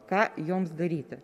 ką joms daryti